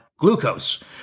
glucose